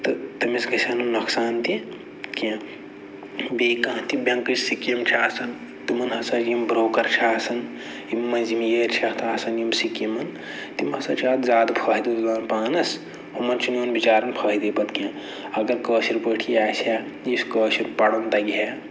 تہٕ تٔمِس گژھِ ہہ نہٕ نۄقصان تہِ کیٚنہہ بیٚیہِ کانٛہہ تہِ بیٚنکٕچ سِکیٖم چھِ آسَن تِمَن ہسا یِم برٛوکَر چھِ آسان یِم مٔنٛزِم ییر چھِ اَتھ آسان اَتھ سِکیٖمَن تِم ہسا چھِ اَتھ زیادٕ فٲیِدٕ تُلان پانَس ہُمَن چھِنہٕ یِوان بِچارَن فٲیِدٕے پَتہٕ کیٚنہہ اَگر کٲشِرۍ پٲٹھی آسہِ ہہ یُس کٲشُر پَرُن تَگہِ ہے